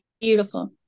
beautiful